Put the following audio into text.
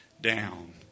down